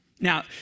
Now